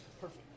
Perfect